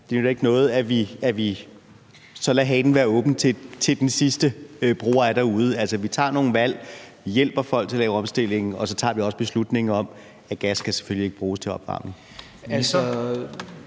det nytter ikke noget, at vi så lader hanen være åben, til den sidste bruger er derude. Vi tager nogle valg, vi hjælper folk til at lave omstilling, og så tager vi også beslutning om, at gas selvfølgelig ikke skal bruges til opvarmning.